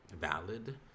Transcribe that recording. valid